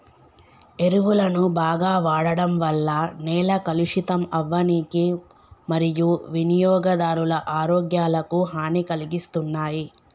ఎరువులను బాగ వాడడం వల్ల నేల కలుషితం అవ్వనీకి మరియూ వినియోగదారుల ఆరోగ్యాలకు హనీ కలిగిస్తున్నాయి